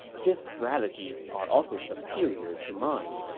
his strategies are also superior to mine.